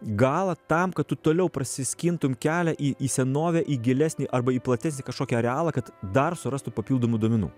galą tam kad tu toliau prasiskintum kelią į į senovę į gilesnį arba į platesnį kažkokį arealą kad dar surastų papildomų duomenų